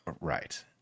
Right